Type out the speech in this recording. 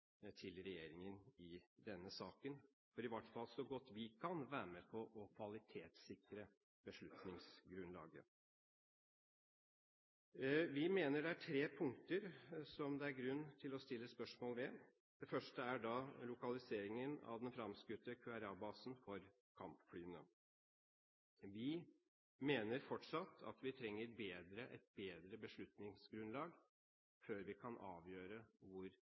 til regjeringen i denne saken, for, i hvert fall så godt vi kan, å være med på å kvalitetssikre beslutningsgrunnlaget. Vi mener det er tre punkter det er grunn til å stille spørsmål ved. Det første er lokaliseringen av den fremskutte QRA-basen for kampflyene. Vi mener fortsatt at vi trenger et bedre beslutningsgrunnlag før vi kan avgjøre hvor